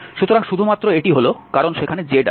সুতরাং শুধুমাত্র এটি হল কারণ সেখানে z আছে